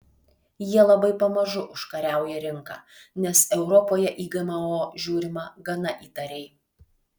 jie labai pamažu užkariauja rinką nes europoje į gmo žiūrima gana įtariai